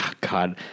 God